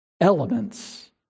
elements